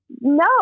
No